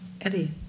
Eddie